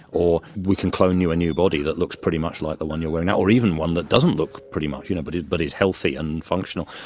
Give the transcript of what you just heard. or we can clone you a new body that looks pretty much like the one you're in now, or even one that doesn't look pretty much you know but is but is healthy and functional,